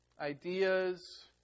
ideas